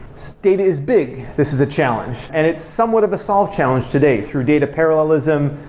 stata is big, this is a challenge. and it's somewhat of a solved challenge today, through data parallelism,